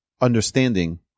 understanding